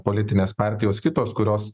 politinės partijos kitos kurios